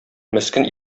мескен